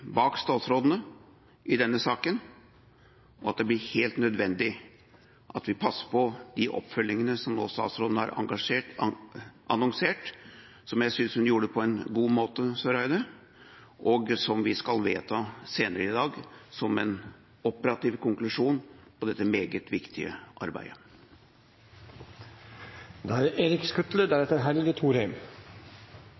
statsrådene i denne saken, og at det blir helt nødvendig at vi passer på de oppfølgingene som statsråden nå har annonsert, som jeg synes statsråd Eriksen Søreide gjorde på en god måte. Dette skal vi vedta senere i dag, som en operativ konklusjon på dette meget viktige arbeidet. Jeg skal ikke bruke veldig lang tid på slutten av denne debatten, men det